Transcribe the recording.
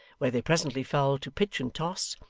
where they presently fell to pitch and toss,